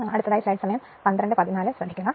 അതിനാൽ X ഇപ്പോൾ X2 ശ്രദ്ധിക്കുക